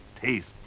taste